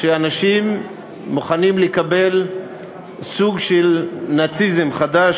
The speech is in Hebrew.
שאנשים מוכנים לקבל סוג של נאציזם חדש,